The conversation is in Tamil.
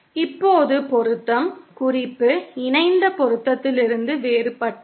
இப்போது பொருத்தம் குறிப்பு இணைந்த பொருத்தத்திலிருந்து வேறுபட்டது